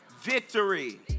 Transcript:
Victory